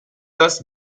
das